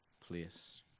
place